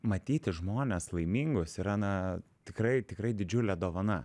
matyti žmones laimingus yra na tikrai tikrai didžiulė dovana